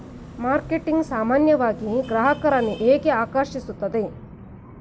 Marketing ಸಾಮಾನ್ಯವಾಗಿ ಗ್ರಾಹಕರನ್ನು ಹೇಗೆ ಆಕರ್ಷಿಸುತ್ತದೆ?